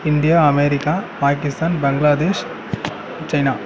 India America Pakistan Bangladesh China